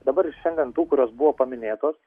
dabar šiandien tų kurios buvo paminėtos